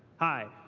hi.